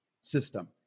system